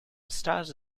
stars